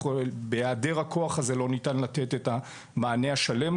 ובהיעדר הכוח הזה לא ניתן לתת את המענה השלם,